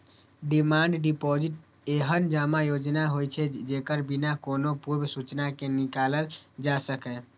demand deposit एहन जमा योजना होइ छै, जेकरा बिना कोनो पूर्व सूचना के निकालल जा सकैए